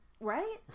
Right